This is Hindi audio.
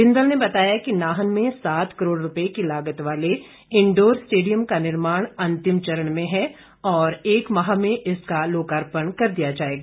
बिंदल ने बताया कि नाहन में सात करोड़ रुपए की लागत वाले इंडोर स्टेडियम का निर्माण अंतिम चरण में हैं और एक माह में इसका लोकापर्ण कर दिया जाएगा